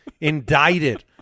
indicted